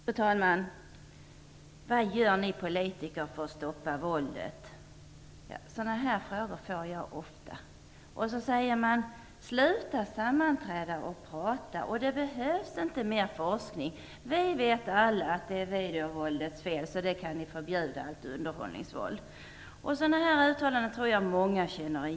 Fru talman! Vad gör ni politiker för att stoppa våldet? Sådana frågor får jag ofta. Man säger också: Sluta sammanträda och prata. Det behövs inte mer forskning. Vi vet att det är videovåldets fel, så ni kan förbjuda allt underhållningsvåld. Sådana uttalanden känner nog många igen.